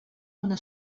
una